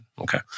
Okay